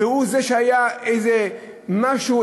שאמר שהיה איזה משהו,